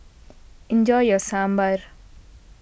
enjoy your Sambar